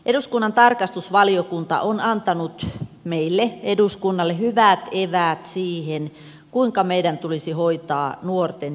eduskunnan tarkastusvaliokunta on antanut meille eduskunnalle hyvät eväät siihen kuinka meidän tulisi hoitaa nuorten syrjäytymistä